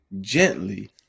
gently